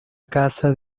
casa